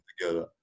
together